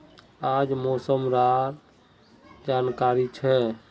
आज मौसम डा की जानकारी छै?